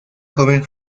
joven